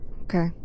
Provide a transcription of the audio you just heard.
Okay